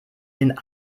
den